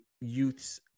youth's